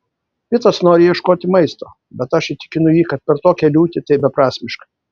pitas nori ieškoti maisto bet aš įtikinu jį kad per tokią liūtį tai beprasmiška